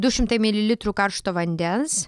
du šimtai mililitrų karšto vandens